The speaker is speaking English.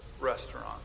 restaurant